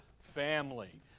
family